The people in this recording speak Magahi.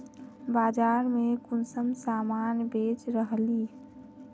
बाजार में कुंसम सामान बेच रहली?